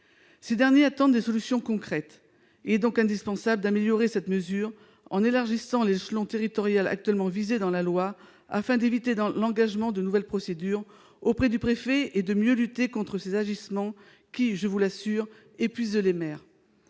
Ces derniers attendent des solutions concrètes. Il est donc indispensable d'améliorer cette mesure en élargissant l'échelon territorial actuellement visé dans la loi, afin d'éviter l'engagement de nouvelles procédures auprès du préfet et de mieux lutter contre ces agissements qui, je vous l'assure, épuisent les maires.